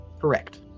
Correct